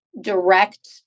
direct